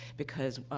because,